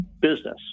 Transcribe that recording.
business